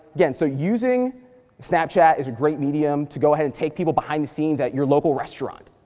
again, so using snapchat is a great medium to go ahead and take people behind the scenes at your local restaurant.